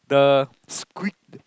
the squid